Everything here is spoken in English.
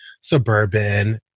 suburban